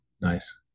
Nice